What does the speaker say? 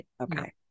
Okay